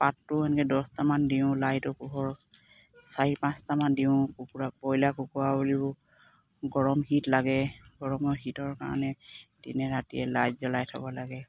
পাত্ৰটো এনেকে দছটামান দিওঁ লাইটৰ পোহৰ চাৰি পাঁচটামান দিওঁ কুকুৰা ব্ৰইলাৰ কুকুৰা বুলিও গৰম হীট লাগে গৰমৰ হীটৰ কাৰণে দিনে ৰাতিয় লাইট জ্বলাই থ'ব লাগে